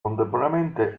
contemporaneamente